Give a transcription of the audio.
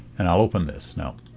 and i'll open this. now,